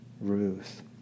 Ruth